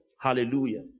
Hallelujah